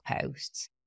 posts